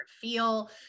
feel